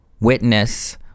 witness